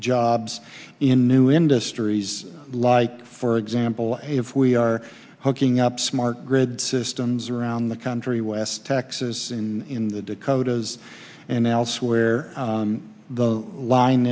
jobs in new industries like for example if we are hooking up smart grid systems around the country west texas in the dakotas and elsewhere the line